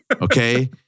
Okay